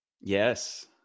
Yes